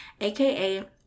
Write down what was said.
AKA